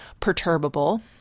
perturbable